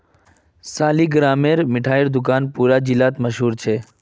सालिगरामेर मिठाई दुकान पूरा जिलात मशहूर छेक